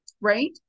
right